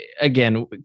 again